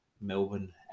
Melbourne